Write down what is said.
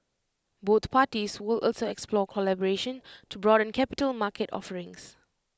both parties will also explore collaboration to broaden capital market offerings